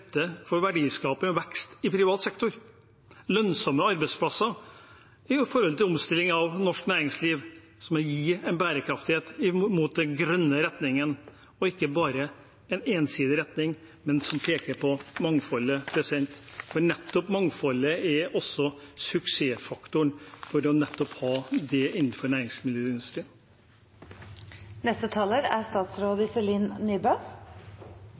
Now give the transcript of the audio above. for verdiskaping og vekst i privat sektor. Vi må ha lønnsomme arbeidsplasser i en omstilling av norsk næringsliv som må gi bærekraftighet i den grønne retningen, og ikke bare en ensidig retning, men en retning som peker på mangfoldet. For nettopp mangfoldet er suksessfaktoren innenfor næringsmiddelindustrien. Regjeringens overordnede mål for næringspolitikken er størst mulig samlet verdiskaping i norsk økonomi innenfor